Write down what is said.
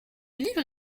livre